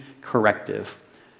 corrective